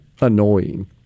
annoying